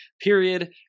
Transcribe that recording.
period